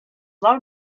vol